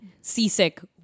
seasick